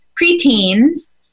preteens